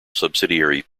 subsidiary